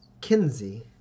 Kinsey